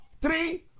three